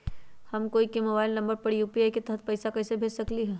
हम कोई के मोबाइल नंबर पर यू.पी.आई के तहत पईसा कईसे भेज सकली ह?